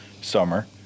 summer